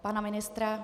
Pana ministra?